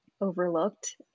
overlooked